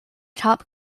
top